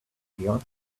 alchemist